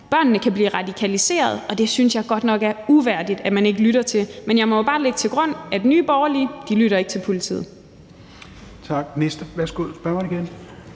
børnene kan blive radikaliseret, og det synes jeg godt nok er uværdigt man ikke lytter til. Men jeg må jo bare lægge til grund, at Nye Borgerlige ikke lytter til politiet. Kl. 16:14 Tredje